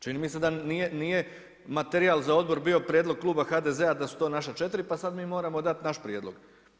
Čini mi se da nije materijal za odbor bio prijedlog Kluba HDZ-a da su to naša 4 pa sada mi moramo dati naš prijedlog.